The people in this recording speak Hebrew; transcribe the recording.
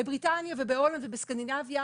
בבריטניה ובהולנד ובסקנדינביה,